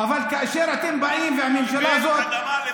למה כל אחד צריך 200,